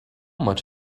much